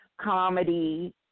comedy